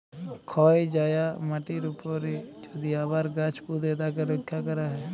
ক্ষয় যায়া মাটির উপরে যদি আবার গাছ পুঁতে তাকে রক্ষা ক্যরা হ্যয়